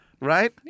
Right